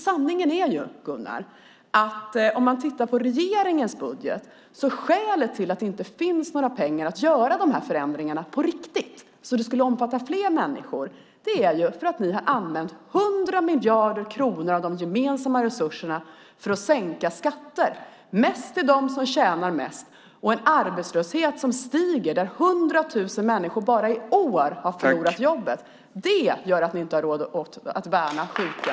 Sanningen är ju, Gunnar, att om man tittar på regeringens budget är skälet till att det inte finns några pengar till att göra de här förändringarna på riktigt, så att de skulle omfatta fler människor, att ni har använt 100 miljarder kronor av de gemensamma resurserna för att sänka skatter, mest för dem som tjänar mest. Och vi har en arbetslöshet som stiger, där 100 000 människor bara i år har förlorat jobbet. Det gör att ni inte har råd att värna sjuka.